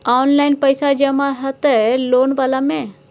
Online पैसा जमा हते लोन वाला में?